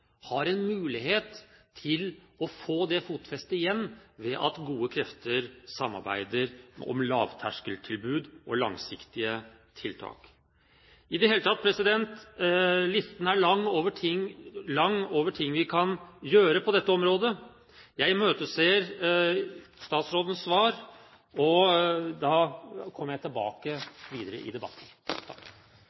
har en mulighet til å få det fotfestet igjen ved at gode krefter samarbeider om lavterskeltilbud og langsiktige tiltak. I det hele tatt, listen er lang over ting vi kan gjøre på dette området. Jeg imøteser statsrådens svar og kommer tilbake videre i debatten.